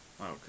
Okay